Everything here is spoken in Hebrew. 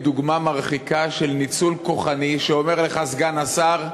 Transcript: היא דוגמה מרחיקה של ניצול כוחני שאומר לך: סגן השר,